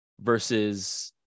Versus